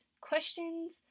questions